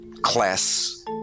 class